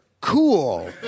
cool